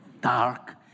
Dark